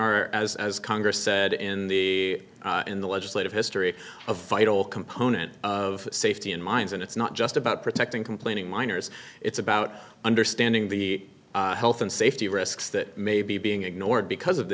are as as congress said in the in the legislative history of fight all component of safety in mines and it's not just about protecting complaining miners it's about understanding the health and safety risks that may be being ignored because of the